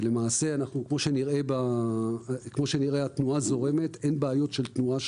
וכמו שנראה, התנועה זורמת, אין שם בעיות של תנועה.